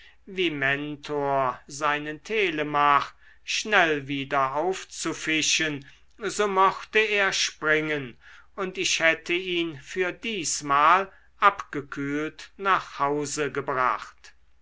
wie mentor seinen telemach schnell wieder aufzufischen so mochte er springen und ich hätte ihn für diesmal abgekühlt nach hause gebracht